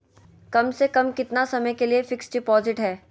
कम से कम कितना समय के लिए फिक्स डिपोजिट है?